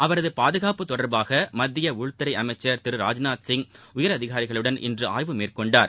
அவரது பாதுகாப்பு தொடர்பாக மத்திய உள்துறை அமைச்சர் திரு ராஜ்நாத் சிப் உயரதிகாரிகளுடன் இன்று ஆய்வு மேற்கொண்டார்